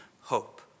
hope